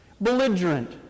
Belligerent